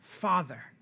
Father